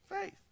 Faith